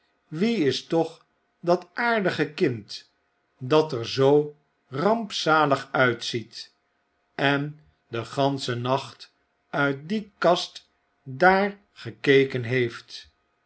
wie is toch dat aardige kind dat er zoo rampzalig uitziet en den ganschen nacht uit die kast daar gekeken heeft